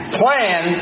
plan